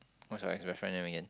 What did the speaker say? what's your ex girlfriend name again